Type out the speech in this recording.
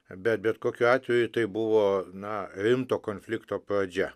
bet bet kokiu atveju tai buvo na rimto konflikto pradžia